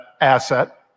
asset